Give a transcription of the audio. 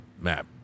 map